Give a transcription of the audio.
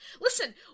Listen